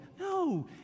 No